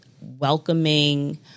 welcoming